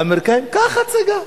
קח הצגה.